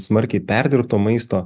smarkiai perdirbto maisto